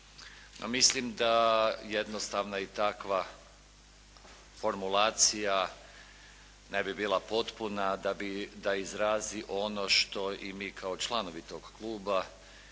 Mislim da jednostavna i takva formulacija ne bi bila potpuna da izrazi ono što i mi kao članovi tog kluba